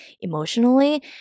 emotionally